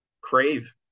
crave